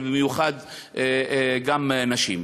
ובמיוחד נשים.